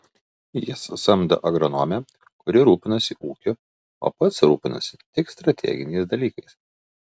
jis samdo agronomę kuri rūpinasi ūkiu o pats rūpinasi tik strateginiais dalykais